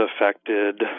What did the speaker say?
affected